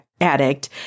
addict